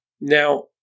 Now